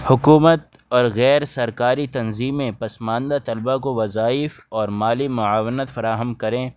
حکومت اور غیر سرکاری تنظیمیں پسماندہ طلبہ کو وظائف اور مالی معاونت فراہم کریں